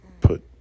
put